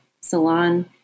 Salon